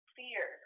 fear